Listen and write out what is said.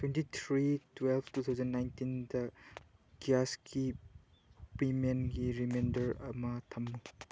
twenty three twelve two thousand ꯅꯥꯏꯟꯇꯤꯟꯗ ꯒ꯭꯭ꯌꯥꯁꯀꯤ ꯄꯦꯃꯦꯟꯒꯤ ꯔꯤꯃꯦꯟꯗꯔ ꯑꯃ ꯊꯝꯃꯨ